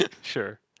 Sure